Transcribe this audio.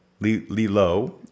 Lilo